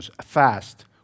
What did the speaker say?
fast